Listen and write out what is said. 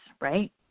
right